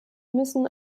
müssen